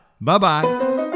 Bye-bye